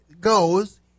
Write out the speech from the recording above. goes